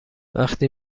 وقتی